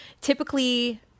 Typically